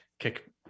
kick